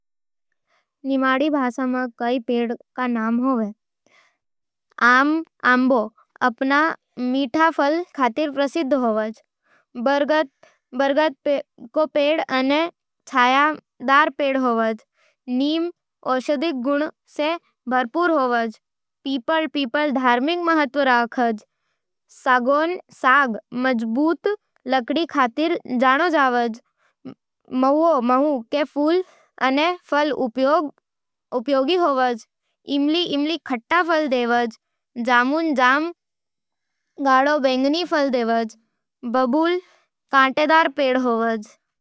निमाड़ी भाषा में कई पेड़ां के नाम होवे। आम आंबो अपन मीठा फल खातिर प्रसिद्ध होवे। बरगद बरगद बड़ो अने छायादार पेड़ होवे। नीम नीम औषधीय गुणां से भरपूर होवे। पीपल पीपल धार्मिक महत्त्व रखे। सागौन साग मजबूत लकड़ी खातिर जाने जावे। महुआ महू के फूल अने फल उपयोगी होवे। इमली इमली खट्टा फल देवज। जामुन जाम गाढ़ो बैंगनी फल देव। बबूल बबूल कांटेदार पेड़ होवज।